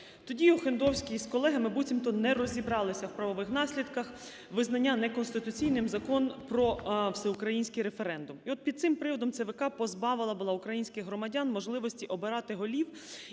ТодіОхендовський з колегами буцімто не розібралися в правових наслідках визнання неконституційним Закон "Про всеукраїнський референдум". І от під цим приводом ЦВК позбавила була українських громадян можливості обирати голів